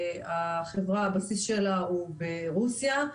והבסיס שלה הוא ברוסיה.